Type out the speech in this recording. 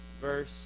verse